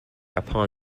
upon